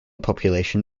population